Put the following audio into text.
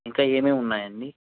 ఇంకా ఏమేం ఉన్నాయండి